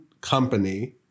company